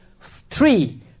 Three